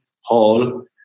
hall